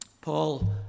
Paul